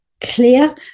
clear